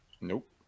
Nope